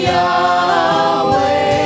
Yahweh